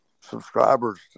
subscribers